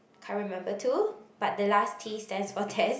can't remember too but the last T stands for test